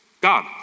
God